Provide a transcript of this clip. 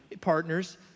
partners